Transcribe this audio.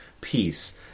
peace